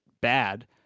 bad